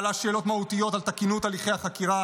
והוא מעלה שאלות מהותיות על תקינות הליכי החקירה